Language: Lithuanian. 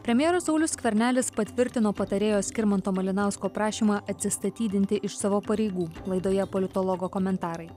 premjeras saulius skvernelis patvirtino patarėjo skirmanto malinausko prašymą atsistatydinti iš savo pareigų laidoje politologo komentarai